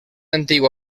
antiga